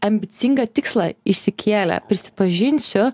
ambicingą tikslą išsikėlę prisipažinsiu